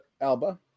Alba